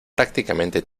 prácticamente